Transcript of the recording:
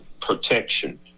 protection